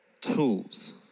tools